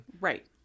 Right